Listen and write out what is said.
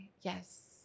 Yes